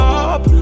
up